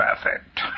perfect